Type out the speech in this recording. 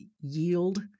yield